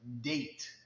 date